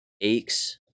aches